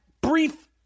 brief